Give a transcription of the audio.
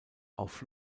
auf